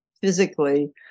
physically